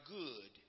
good